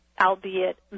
albeit